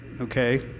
Okay